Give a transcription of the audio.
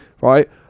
right